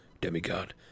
demigod